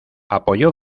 apoyó